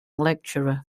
lecturer